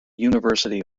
university